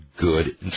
good